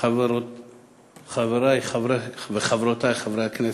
חברי וחברותי חברי הכנסת,